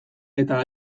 eta